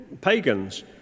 pagans